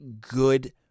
good